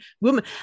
woman